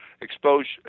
exposure